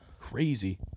Crazy